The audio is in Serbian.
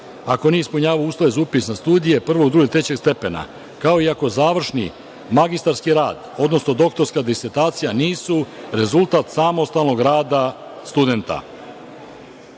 ako nije ispunjavao uslove za upis na studije prvog, drugog ili trećeg stepena, kao i ako završni magistarski rad, odnosno doktorska disertacija nisu rezultat samostalnog rada